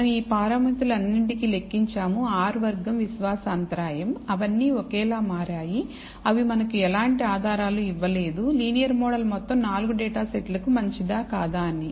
మనం ఈ పారామితులన్నింటినీ లెక్కించాము r వర్గం విశ్వాస అంతరాయం అవన్నీ ఒకేలా మారాయి అవి మనకు ఎటువంటి ఆధారాలు ఇవ్వలేదు లీనియర్ మోడల్ మొత్తం 4 డేటా సెట్లకు మంచిది కాదా అని